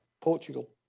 Portugal